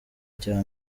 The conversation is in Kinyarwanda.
cya